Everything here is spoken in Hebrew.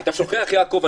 אתה שוכח יעקב,